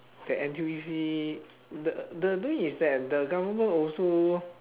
that N_T_U_C the the thing is that the government also